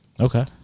Okay